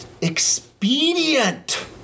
expedient